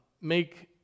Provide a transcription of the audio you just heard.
make